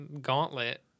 Gauntlet